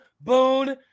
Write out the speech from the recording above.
Boone